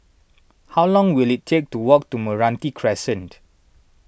how long will it take to walk to Meranti Crescent